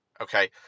Okay